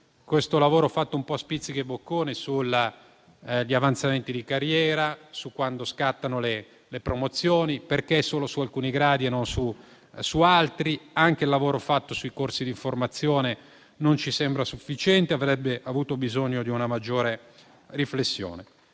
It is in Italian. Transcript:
il lavoro fatto un po' a spizzichi e bocconi sugli avanzamenti di carriera, su quando scattano le promozioni, perché scattano solo su alcuni gradi e non su altri; anche il lavoro fatto sui corsi di formazione non ci sembra sufficiente e avrebbe avuto bisogno di una maggiore riflessione.